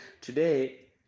Today